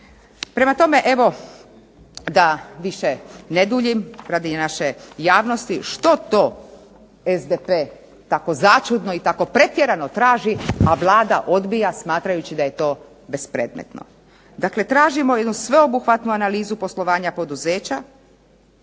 Prema tome, evo da više ne duljim radi naše javnosti što to SDP tako začudno i tako pretjerano traži a Vlada odbija smatrajući da je to bespredmetno. Dakle, tražimo jednu sveobuhvatnu analizu poslovanja poduzeća,